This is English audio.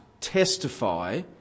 testify